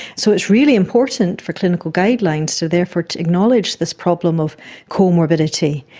so it's really important for clinical guidelines to therefore acknowledge this problem of comorbidity.